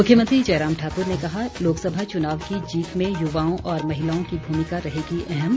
मुख्यमंत्री जयराम ठाकुर ने कहा लोकसभा चुनाव की जीत में युवाओं और महिलाओं की भूमिका रहेगी अहम